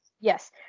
Yes